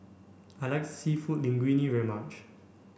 I like Seafood Linguine very much